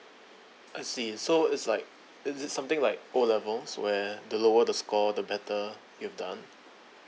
I see so it's like is it something like O levels where the lower the score the better you've done